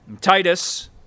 Titus